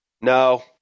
No